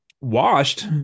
Washed